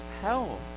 hell